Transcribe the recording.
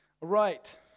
Right